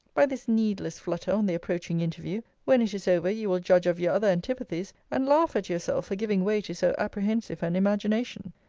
by this needless flutter on the approaching interview, when it is over you will judge of your other antipathies, and laugh at yourself for giving way to so apprehensive an imagination.